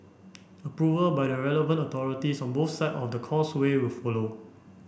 approval by the relevant authorities on both side of the Causeway will follow